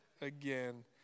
again